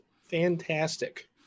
fantastic